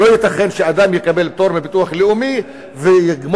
שלא ייתכן שאדם יקבל פטור מביטוח לאומי ויסיים